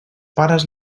pares